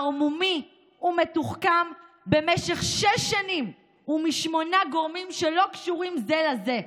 ערמומי ומתוחכם במשך שש שנים ומשמונה גורמים שלא קשורים זה לזה.